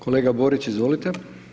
Kolega Borić, izvolite.